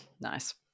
Nice